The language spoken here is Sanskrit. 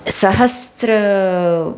सहस्रं